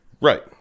Right